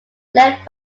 led